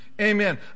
Amen